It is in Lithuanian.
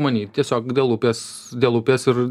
manyti tiesiog dėl upės dėl upės ir